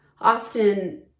often